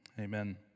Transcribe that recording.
Amen